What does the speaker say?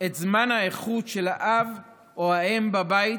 את זמן האיכות של האב או האם בבית,